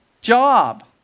job